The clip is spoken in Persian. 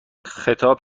خطاب